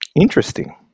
Interesting